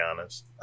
honest